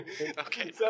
Okay